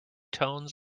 tones